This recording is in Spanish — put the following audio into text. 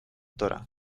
dra